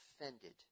offended